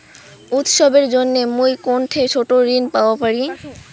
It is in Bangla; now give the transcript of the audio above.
উৎসবের জন্য মুই কোনঠে ছোট ঋণ পাওয়া পারি?